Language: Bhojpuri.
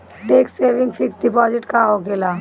टेक्स सेविंग फिक्स डिपाँजिट का होखे ला?